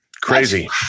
Crazy